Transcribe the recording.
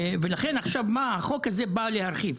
החוק הזה בא להרחיב.